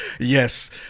Yes